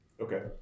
okay